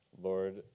Lord